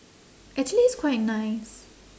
actually it's quite nice